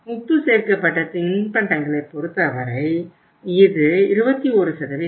உப்பு சேர்க்கப்பட்ட தின்பண்டங்களைப் பொறுத்தவரை இது 21